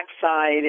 side